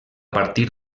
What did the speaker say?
partir